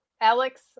alex